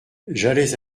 j’allais